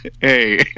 hey